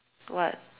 what